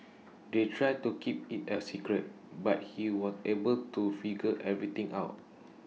they tried to keep IT A secret but he was able to figure everything out